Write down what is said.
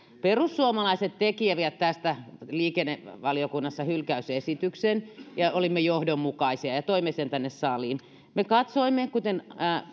perussuomalaiset tekivät tästä liikennevaliokunnassa hylkäysesityksen ja olimme johdonmukaisia ja toimme sen tänne saliin me katsoimme kuten